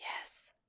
yes